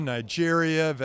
Nigeria